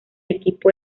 equipo